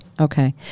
Okay